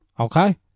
Okay